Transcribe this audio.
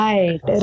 Right